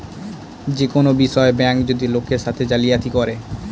যে কোনো বিষয়ে ব্যাঙ্ক যদি লোকের সাথে জালিয়াতি করে